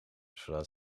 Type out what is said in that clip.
zodat